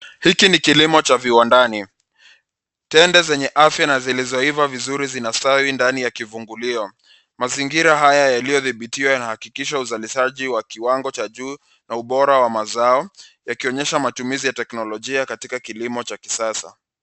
Hiki ni kilimo cha viwandani. Tende zenye afya na zilizoiva vizuri zinastawi ndani ya kivungulio. Mazingira haya yaliyodhibitiwa na hakikisha uzalishaji wa kiwango cha juu na ubora wa mazao, yakionyesha matumizi ya teknolojia katika kilimo cha kisasa.